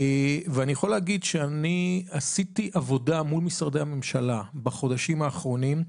אני יכול להגיד שאני עשיתי עבודה מול משרדי הממשלה בחודשים האחרונים,